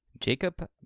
Jacob